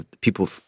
people